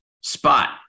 spot